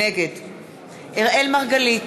נגד אראל מרגלית,